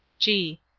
g.